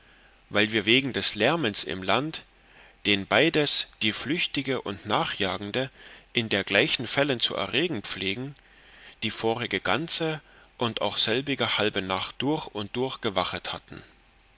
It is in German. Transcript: weil wir wegen des lärmens im land den beides die flüchtige und nachjagende in dergleichen fällen zu erregen pflegen die vorige ganze und auch selbige halbe nacht durch und durch gewachet hatten